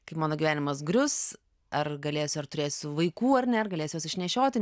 kaip mano gyvenimas grius ar galėsiu ar turėsiu vaikų ar ne ar galėsiu juos išnešioti